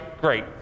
great